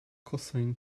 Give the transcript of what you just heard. cosine